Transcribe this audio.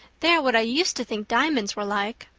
they are what i used to think diamonds were like.